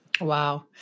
Wow